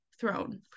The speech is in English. Throne